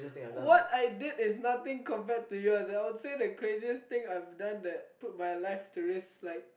what I did is nothing compared to you as I would say the craziest thing I've done that put my life to risk like